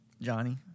Johnny